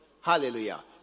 Hallelujah